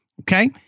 okay